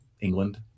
England